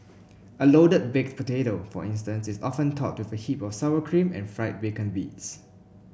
a loaded baked potato for instance is often topped with a heap of sour cream and fried bacon bits